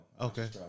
Okay